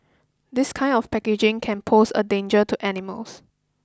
this kind of packaging can pose a danger to animals